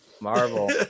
Marvel